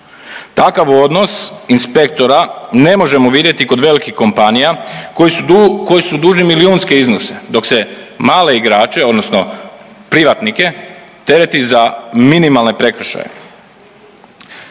Takav odnos inspektora ne možemo vidjeti kod velikih kompanija koji su dužni milijunske iznose, dok se male igrače odnosno privatnike tereti za minimalne prekršaje.